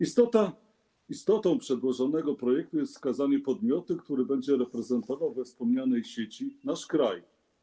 Istotą przedłożonego projektu jest wskazanie podmiotu, który będzie reprezentował we wspominanej sieci nasz kraj.